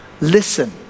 Listen